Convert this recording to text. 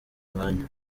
mwanya